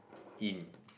in